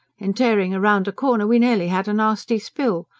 in tearing round a corner we nearly had a nasty spill.